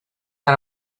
how